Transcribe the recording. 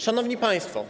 Szanowni Państwo!